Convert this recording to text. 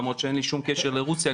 למרות שאין לי שום קשר לרוסיה.